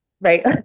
right